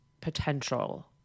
potential